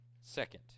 Second